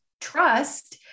trust